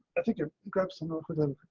i think, ah grab some of them.